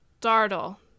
dartle